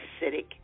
acidic